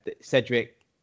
Cedric